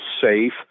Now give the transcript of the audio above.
safe